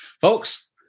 Folks